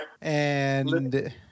And-